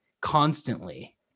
constantly